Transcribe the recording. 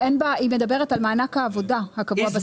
היא מדברת על מענק העבודה הקבוע בסעיף.